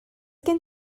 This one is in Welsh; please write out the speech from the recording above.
gen